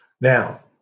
Now